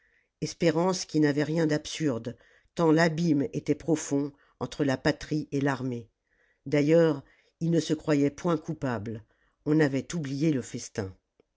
espérance qui n'avait rien d'absurde tant l'abîme était profond entre la patrie et l'armée d'ailleurs ils ne se croyaient point coupables on avait oublié le festin